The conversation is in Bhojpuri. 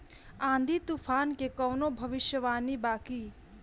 आँधी तूफान के कवनों भविष्य वानी बा की?